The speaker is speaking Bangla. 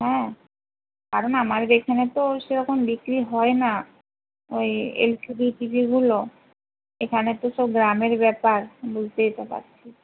হ্যাঁ কারণ আমাদের এখানে তো সেরকম বিক্রি হয় না ওই L C D T V গুলো এখানে তো সব গ্রামের ব্যাপার বুঝতেই তো পারছিস